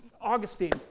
Augustine